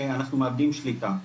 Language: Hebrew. אנחנו מאבדים שליטה".